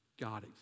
God